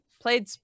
played